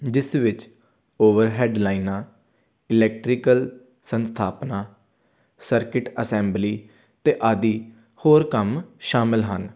ਜਿਸ ਵਿੱਚ ਓਵਰਹੈਡ ਲਾਈਨਾਂ ਇਲੈਕਟਰੀਕਲ ਸੰਸਥਾਪਨਾ ਸਰਕਿਟ ਅਸੈਂਬਲੀ ਅਤੇ ਆਦਿ ਹੋਰ ਕੰਮ ਸ਼ਾਮਿਲ ਹਨ